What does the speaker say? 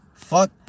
Fuck